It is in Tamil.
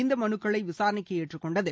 இந்த மனுக்களை விசாரணைக்கு ஏற்றுக்கொண்டது